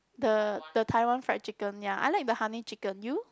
the the Taiwan fried chicken ya I like the honey chicken you